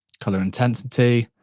colour intensity,